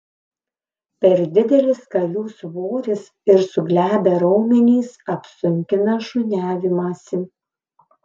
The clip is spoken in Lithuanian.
per didelis kalių svoris ir suglebę raumenys apsunkina šuniavimąsi